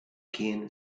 ken